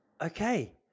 Okay